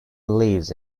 lives